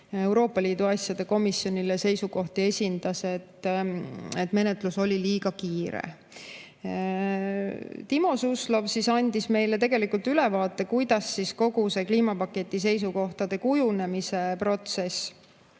Euroopa Liidu asjade komisjonile seisukohti esitas, oli menetlus liiga kiire. Timo Suslov andis meile ülevaate, kuidas [toimus] kogu see kliimapaketi seisukohtade kujunemise protsess.